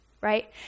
right